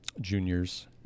juniors